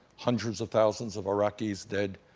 hundreds of thousands of iraqis dead.